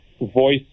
voice